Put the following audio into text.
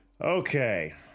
Okay